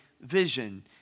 vision